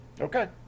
Okay